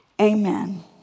Amen